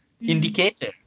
indicator